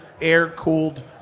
air-cooled